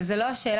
אבל זאת לא השאלה.